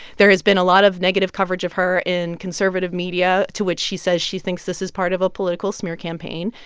there has been a lot of negative coverage of her in conservative media, to which she says she thinks this is part of a political smear campaign.